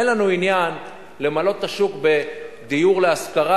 אין לנו עניין למלא את השוק בדיור להשכרה